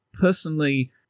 personally